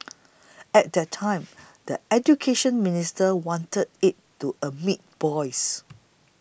at that time the Education Ministry wanted it to admit boys